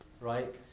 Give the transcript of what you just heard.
Right